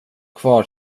kvar